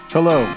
Hello